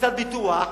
כפוליסת ביטוח,